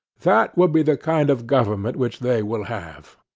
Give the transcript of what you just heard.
that will be the kind of government which they will have.